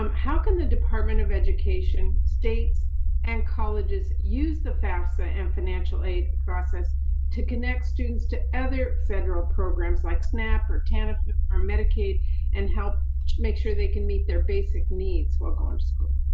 um how can the department of education, states and colleges use the fafsa and financial aid process to connect students to other federal programs like snap or tanf or medicaid and help make sure they can meet their basic needs while going to school?